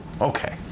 Okay